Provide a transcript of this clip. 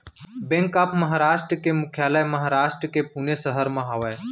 bank of Maharashtra के मुख्यालय महारास्ट के पुने सहर म हवय